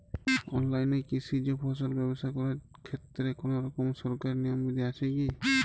অনলাইনে কৃষিজ ফসল ব্যবসা করার ক্ষেত্রে কোনরকম সরকারি নিয়ম বিধি আছে কি?